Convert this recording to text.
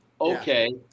Okay